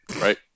Right